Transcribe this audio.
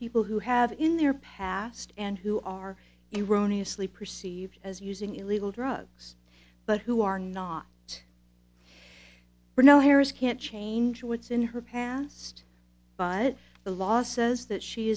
people who have in their past and who are irani asleep perceived as using illegal drugs but who are not or no harris can't change what's in her past but the law says that she